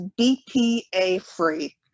BPA-free